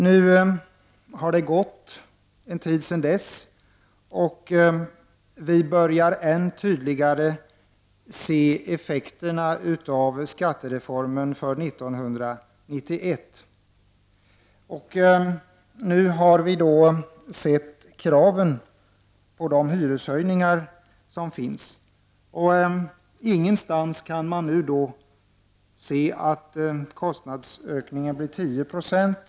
Nu har det gått en tid sedan dess, och vi börjar än tydligare se effekterna av skattereformen för 1991. Nu har vi sett vilka krav som finns på hyreshöjningar, och ingenstans kan man se att kostnadsökningen blir 10 %.